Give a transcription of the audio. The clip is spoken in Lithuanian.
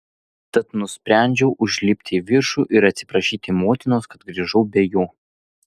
tad nusprendžiau užlipti į viršų ir atsiprašyti motinos kad grįžau be jo